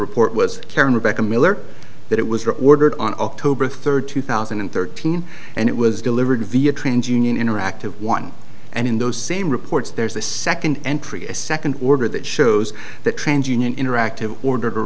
report was karen rebecca miller that it was recorded on october third two thousand and thirteen and it was delivered via trans union interactive one and in those same reports there's a second entry a second order that shows that trans union interactive ordered a